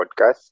podcast